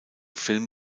film